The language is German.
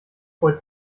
freut